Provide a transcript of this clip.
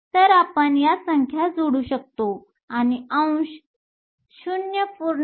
तर आपण या संख्या जोडू शकतो आणि अंश 0